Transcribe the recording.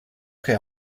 che